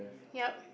ya